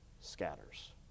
scatters